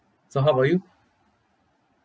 so how about you